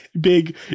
big